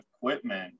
equipment